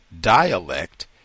dialect